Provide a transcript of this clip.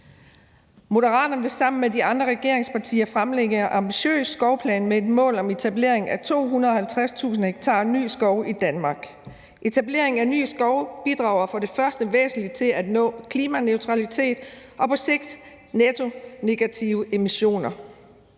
Moderaterne vil sammen med de andre regeringspartier fremlægge en ambitiøs skovplan med et mål om etablering af 250.000 ha ny skov i Danmark. Etableringen af ny skov bidrager for det første væsentligt til at nå klimaneutralitet og på sigt negative emissioner